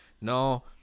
no